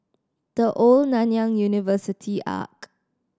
The Old Nanyang University Arch